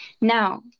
Now